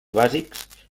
bàsics